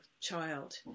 child